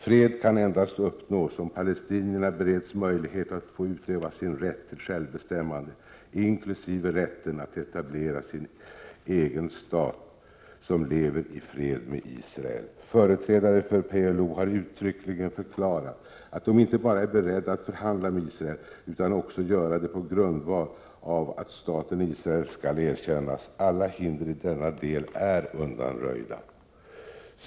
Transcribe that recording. Fred kan endast uppnås om palestinierna bereds möjlighet att få utöva sin rätt till självbestämmande inkl. rätten att etablera sin egen stat som lever i fred med Israel. Företrädare för PLO har uttryckligen förklarat att de inte bara är beredda att förhandla med Israel utan också göra det på grundval av att staten Israel skall erkännas. Alla hinder i denna del är undanröjda.